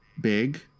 big